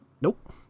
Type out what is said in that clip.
Nope